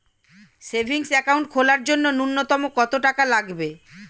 Savings account খোলার জন্য নূন্যতম কত টাকা লাগবে?